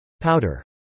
Powder